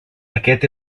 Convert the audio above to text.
aquest